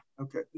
Okay